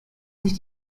sich